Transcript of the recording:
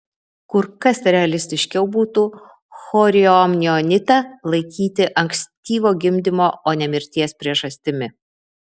kur kas realistiškiau būtų chorioamnionitą laikyti ankstyvo gimdymo o ne mirties priežastimi